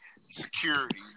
Security